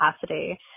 capacity